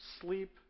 sleep